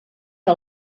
que